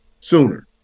sooner